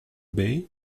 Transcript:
bey